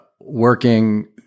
working